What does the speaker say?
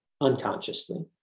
unconsciously